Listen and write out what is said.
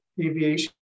aviation